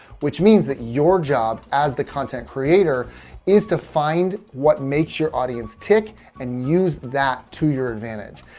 which means that your job as the content creator is to find what makes your audience tick and use that to your advantage.